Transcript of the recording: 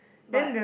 but